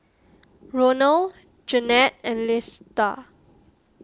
Ronal Jennette and Lesta